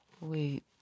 Wait